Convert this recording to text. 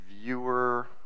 viewer